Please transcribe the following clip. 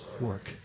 work